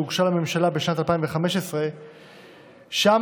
שהוגשה לממשלה בשנת 2015. שם,